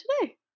today